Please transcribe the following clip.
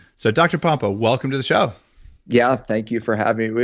so doctor pompa, welcome to the show yeah, thank you for having me.